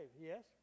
Yes